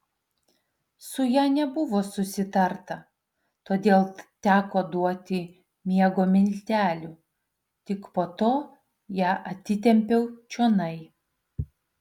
su ja nebuvo susitarta todėl teko duoti miego miltelių tik po to ją atitempiau čionai